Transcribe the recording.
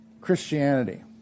christianity